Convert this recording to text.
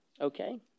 Okay